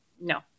No